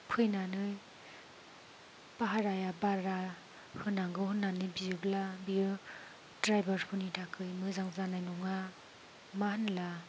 फैनानै भाराया बारा होनांगौ होनानै बिब्ला बियो द्राइभारफोरनि थाखाय मोजां जानाय नङा मा होनब्ला